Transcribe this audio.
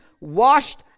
washed